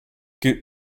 good